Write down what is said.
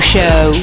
Show